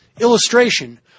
illustration